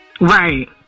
Right